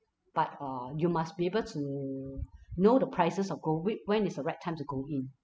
but uh you must be able to you know the prices of gold whi~ when is the right time to go in